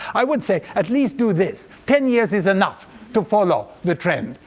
i would say, at least do this ten years is enough to follow the trend.